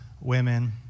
women